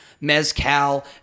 Mezcal